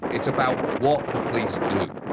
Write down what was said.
it's about what the police do.